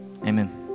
Amen